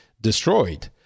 destroyed